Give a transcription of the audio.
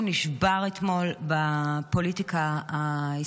על מי עסק בפוליטיקה בזמן